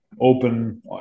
Open